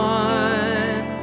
one